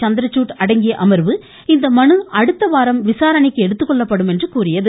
சந்திரசூட் அடங்கிய அமர்வு இந்த மனு அடுத்த வாரம் விசாரணைக்கு எடுத்துக்கொள்ளப்படும் என்று கூறியது